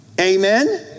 Amen